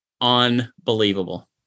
unbelievable